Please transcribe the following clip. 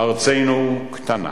ארצנו קטנה